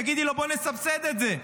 תגידי לו: בוא נסבסד את זה.